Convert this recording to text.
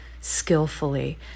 skillfully